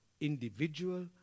individual